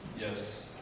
Yes